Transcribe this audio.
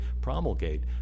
promulgate